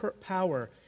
power